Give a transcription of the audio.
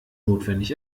notwendig